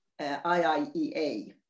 @iiea